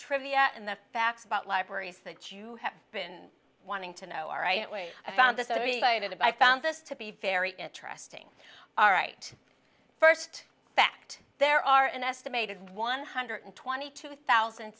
trivia and the facts about libraries that you have been wanting to know are right way i found this i mean by that i found this to be very interesting all right first fact there are an estimated one hundred twenty two thousand